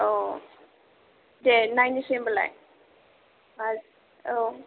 औ दे नायनोसै होमबालाय औ